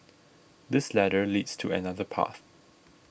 this ladder leads to another path